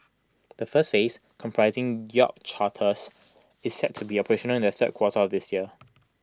the first phase comprising Yacht Charters is set to be operational in the third quarter of this year